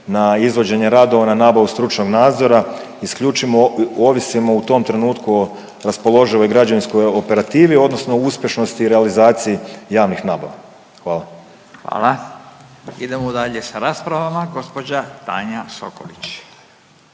na izvođenje radova, na nabavu stručnog nadzora isključivo ovisimo u tom trenutku o raspoloživoj građevinskoj operativi odnosno uspješnosti i realizaciji javnih radova. Hvala. **Radin, Furio (Nezavisni)** Idemo dalje sa raspravama gospođa Tanja Sokolić.